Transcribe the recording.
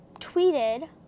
tweeted